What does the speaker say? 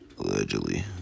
Allegedly